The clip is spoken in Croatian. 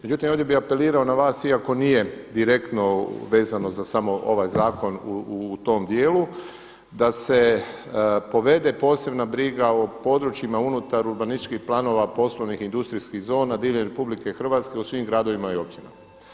Međutim, ovdje bih apelirao na vas iako nije direktno vezano za samo ovaj zakon u tom dijelu da se povede posebna briga o područjima unutar urbanističkih planova poslovnih i industrijskih zona diljem Republike Hrvatske u svim gradovima i općinama.